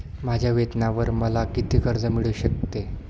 माझ्या वेतनावर मला किती कर्ज मिळू शकते?